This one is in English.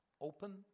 Open